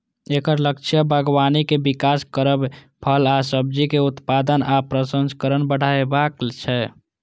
एकर लक्ष्य बागबानी के विकास करब, फल आ सब्जीक उत्पादन आ प्रसंस्करण बढ़ायब छै